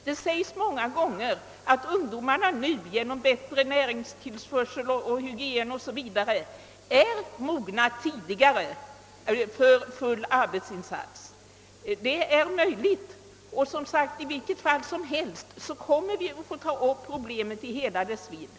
Det påstås ofta att ungdomen nu för tiden genom bättre näringstillförsel, bättre hygien o.s.v. mognar tidigare än förr och kan utföra en full arbetsinsats. Det är möjligt. I vilket fall som helst måste vi ta upp problemet i hela dess vidd.